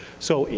so,